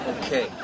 Okay